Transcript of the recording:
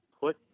put